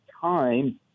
time